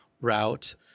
route